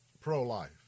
pro-life